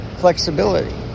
Flexibility